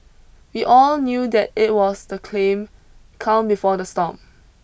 we all knew that it was the clean calm before the storm